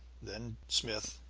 then smith.